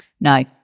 No